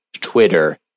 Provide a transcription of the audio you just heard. Twitter